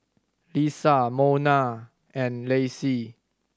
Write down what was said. Liza Monna and Lacey